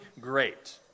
great